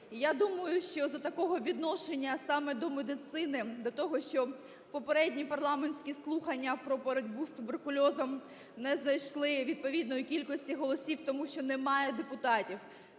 Я думаю, що за такого відношення саме до медицини, до того, що попередні парламентські слухання про боротьбу з туберкульозом не знайшли відповідної кількості голосів, тому що немає депутатів,